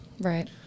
Right